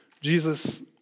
Jesus